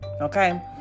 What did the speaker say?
okay